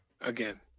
Again